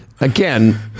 again